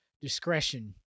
discretion